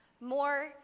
more